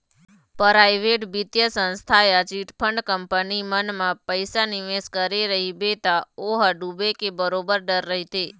private बित्तीय संस्था या चिटफंड कंपनी मन म पइसा निवेस करे रहिबे त ओ ह डूबे के बरोबर डर रहिथे